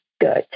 good